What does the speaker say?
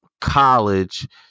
college